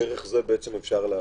ודרך זה אפשר להפעיל.